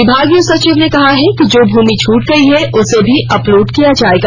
विभागीय सचिव ने कहा है कि जो भूमि छूट गयी है उसे भी अपलोड किया जायेगा